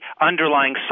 underlying